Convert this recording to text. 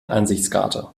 ansichtskarte